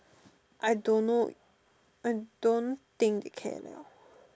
I don't know I don't think they care liao